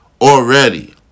already